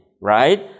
right